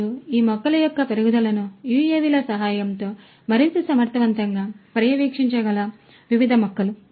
మరియు ఈ మొక్కల యొక్క పెరుగుదలను UAV ల సహాయంతో మరింత సమర్థవంతంగా పర్యవేక్షించగల వివిధ మొక్కలు